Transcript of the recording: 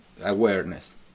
awareness